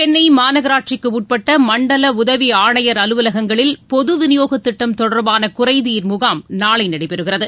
சென்னை மாநகராட்சிக்கு உட்பட்ட மண்டல உதவி ஆணையர் அலுவலகங்களில் பொது விநியோகத் திட்டம் தொடர்பான குறைதீர் முகாம் நாளை நடைபெறுகிறது